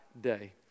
day